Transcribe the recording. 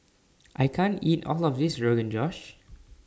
I can't eat All of This Rogan Josh